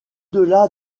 delà